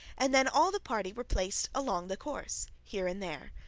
and then all the party were placed along the course, here and there.